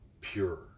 pure